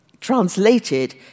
translated